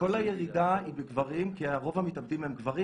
כל הירידה היא בגברים, כי רוב המתאבדים הם גברים.